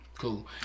Cool